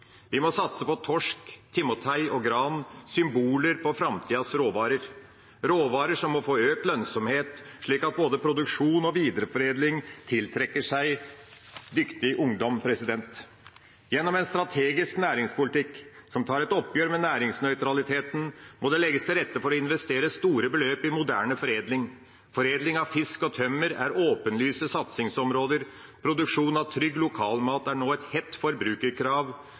Vi må satse på torsk, timotei og gran, symboler på framtidas råvarer, råvarer som må få økt lønnsomhet, slik at både produksjon og videreforedling tiltrekker seg dyktig ungdom. Gjennom en strategisk næringspolitikk som tar et oppgjør med næringsnøytraliteten, må det legges til rette for å investere store beløp i moderne foredling. Foredling av fisk og tømmer er åpenlyse satsingsområder. Produksjon av trygg lokalmat er nå et hett forbrukerkrav.